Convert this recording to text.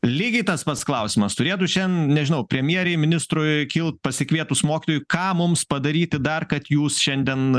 lygiai tas pats klausimas turėtų šian nežinau premjerei ministrui kilt pasikvietus mokytojui ką mums padaryti dar kad jūs šiandien